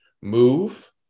move